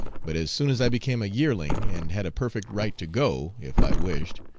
but as soon as i became a yearling, and had a perfect right to go, if i wished,